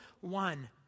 one